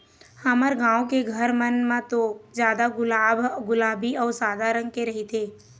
हमर गाँव के घर मन म तो जादा गुलाब ह गुलाबी अउ सादा रंग के रहिथे